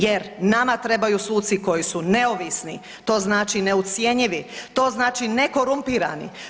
Jer nama trebaju suci koji su neovisni, to znači neucjenjivi, to znači nekorumpirani.